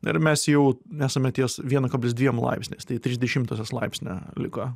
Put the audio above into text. dar mes jau esame ties vienu kablis dviem laipsniais tai trys dešimtosios laipsnio liko